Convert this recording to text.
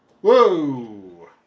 Whoa